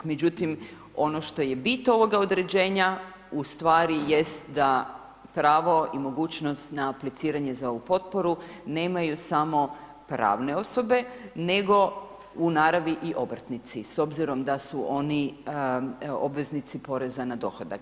Međutim, ono što je bit ovoga određenja ustvari jest da pravo i mogućnost na apliciranje za ovu potporu nemaju samo pravne osobe nego i naravi i obrtnici s obzirom da su oni obveznici poreza na dohodak.